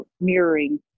mirroring